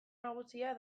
nagusia